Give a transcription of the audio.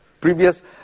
Previous